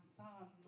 son